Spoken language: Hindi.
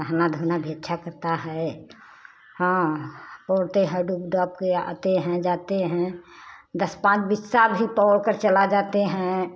नहाना धोना भी अच्छा करता है हाँ बोलते हैं डूब डाब के आते हैं जाते हैं दस पाँच बीसा भी पवर कर चला जाते हैं